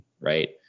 right